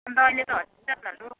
अन्त अहिले त हस्पिटलहरू